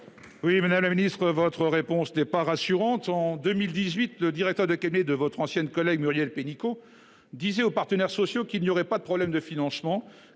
Oui, madame la ministre, votre réponse n'est pas rassurante. En 2018, le directeur de cabinet de votre ancienne collègue Muriel Pénicaud disait aux partenaires sociaux qu'il n'y aurait pas de problème de financement,